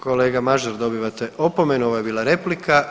Kolega Mažar dobivate opomenu, ovo je bila replika.